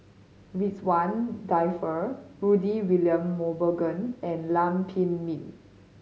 Ridzwan Dzafir Rudy William Mosbergen and Lam Pin Min